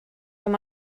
amb